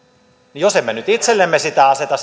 jos emme nyt itsellemme sitä vaatimusta aseta